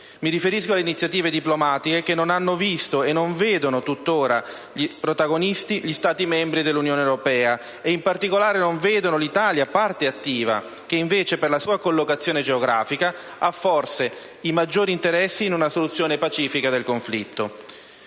Mi riferisco alle iniziative diplomatiche che non hanno visto e non vedono tutt'ora protagonisti gli Stati membri dell'Unione europea e in particolare non vedono parte attiva l'Italia, la quale invece, per la sua collocazione geografica, ha forse i maggiori interessi in una soluzione pacifica del conflitto.